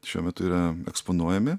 šiuo metu yra eksponuojami